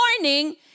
morning